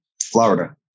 Florida